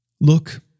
Look